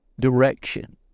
direction